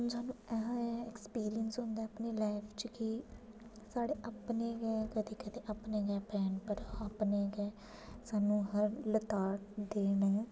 तुसें गी एक्सपिरयंस होंदा कि लाईफ च केह् करना साढे़ अपने गै कदें कदें अपने गै भैन भ्रा असें गी लताड़दे न